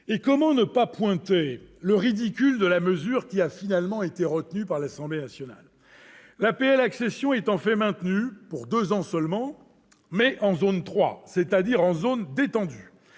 Et comment ne pas pointer le ridicule de la mesure qui a finalement été retenue par l'Assemblée nationale ? L'APL accession est en fait maintenue, pour deux ans seulement, mais en zone III, c'est-à-dire en zone détendue,